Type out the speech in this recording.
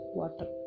water